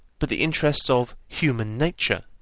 but the interests of human nature,